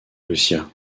lucia